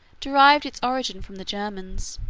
derived its origin from the germans.